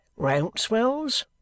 Rouncewell's